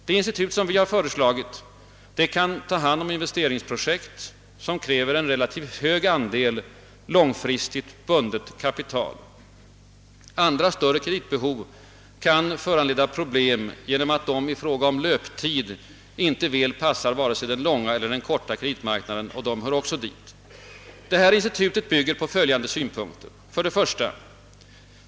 Det institut som vi föreslagit kan ta hand om investeringsprojekt som kräver en relativt hög andel av långfristigt bundet kapital. Andra större kreditbehov kan föranleda problem därför att de i fråga om löptid inte väl passar vare sig den långa eller den korta kreditmarknaden — men de hör också hit. Det här institutet bygger på följande synpunkter: 1.